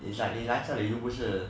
is like 你来这里又不是